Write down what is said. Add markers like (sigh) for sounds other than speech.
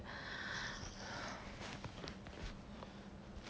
(breath)